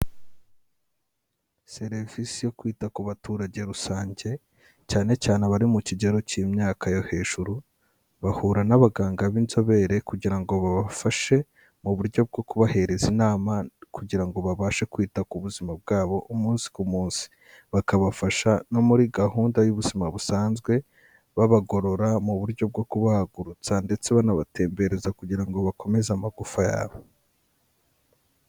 Serivisi yo kwita ku baturage rusange, cyane cyane abari mu kigero cy'imyaka yo hejuru, bahura n'abaganga b'inzobere kugira ngo babafashe mu buryo bwo kubahereza inama kugira ngo babashe kwita ku buzima bwabo umunsi ku munsi. Bakabafasha no muri gahunda y'ubuzima busanzwe, babagorora mu buryo bwo kubahagurutsa ndetse banabatembereza kugira ngo bakomeze amagufa yabo.